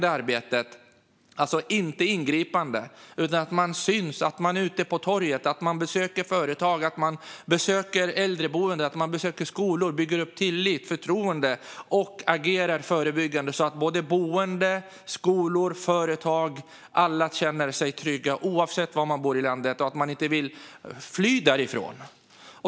Det handlar alltså inte om ingripande utan om att man syns, att man är ute på torget, att man besöker företag, äldreboenden och skolor. Så bygger man upp tillit och förtroende och agerar förebyggande så att boende, skolor, företag - alla - känner sig trygga, oavsett var man bor i landet så att man inte vill fly därifrån.